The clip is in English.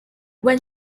when